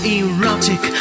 erotic